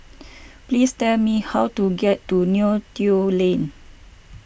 please tell me how to get to Neo Tiew Lane